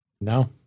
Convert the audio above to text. No